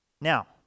Now